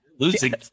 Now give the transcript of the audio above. losing